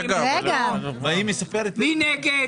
מי נגד?